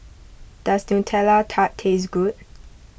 does Nutella Tart taste good